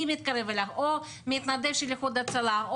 או מתנדב של איחוד הצלה,